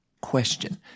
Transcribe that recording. question